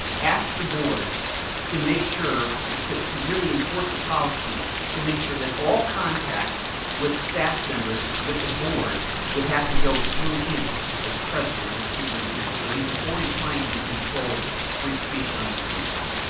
asked the board to make sure to to really enforce a policy to make sure that all contact with staff members with the board would have to go through him as president and superintendent so he was already trying to control free speech on this campus.